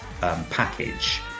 package